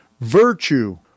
virtue